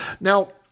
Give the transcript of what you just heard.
Now